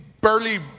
burly